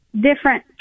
different